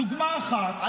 דוגמה אחת,